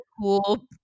cool